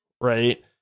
right